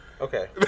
Okay